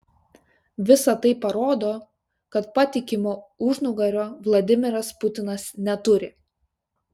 visa tai parodo kad patikimo užnugario vladimiras putinas neturi